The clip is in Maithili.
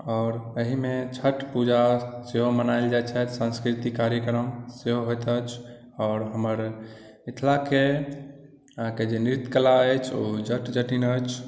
आओर एहिमे छठ पूजा सेहो मनायल जाइत छथि साँस्कृतिक कार्यक्रम सेहो होइत अछि आओर हमर मिथिलाके अहाँके जे नृत्य कला अछि ओ जट जटिन अछि